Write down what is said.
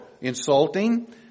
insulting